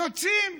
יוצאים.